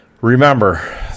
remember